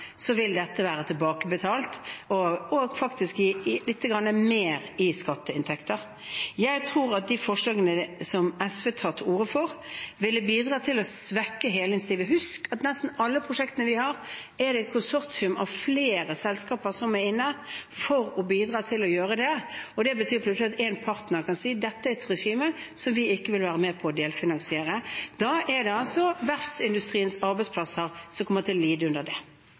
vil dette være tilbakebetalt og faktisk gi lite grann mer i skatteinntekter. Jeg tror at de forslagene som SV tar til orde for, ville bidra til å svekke hele insentivet. Husk at i nesten alle prosjektene vi har, er det et konsortium av flere selskaper som er inne for å bidra til å gjøre det, og det betyr at en partner kan si: Dette er et regime som vi ikke vil være med på å delfinansiere. Da er det verftsindustriens arbeidsplasser som kommer til å lide under det.